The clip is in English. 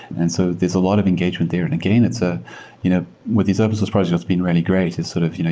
and so there's a lot of engagement there. and again, ah you know with these serverless project, what's been really great is sort of you know